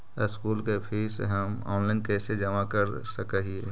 School के फीस हम ऑनलाइन कैसे जमा कर सक हिय?